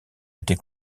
été